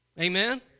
Amen